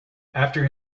after